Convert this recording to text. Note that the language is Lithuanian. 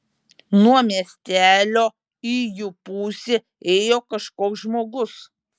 nuo miestelio į jų pusę ėjo kažkoks žmogus